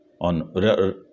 on